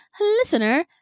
listener